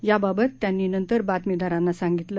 याबाबत त्यांनी नंतर बातमीदारांना सांगितलं